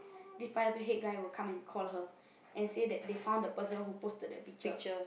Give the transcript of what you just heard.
this Pineapple Head guy will come and call her and say that they found the person who posted that picture